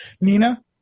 nina